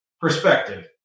Perspective